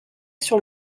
sur